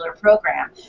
program